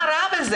מה רק בזה?